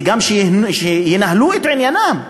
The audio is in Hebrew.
וגם שינהלו את עניינם.